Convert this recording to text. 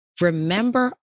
Remember